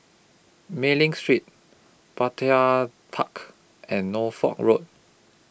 Mei Ling Street Petir Tark and Norfolk Road